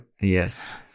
Yes